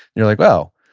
you're like, well,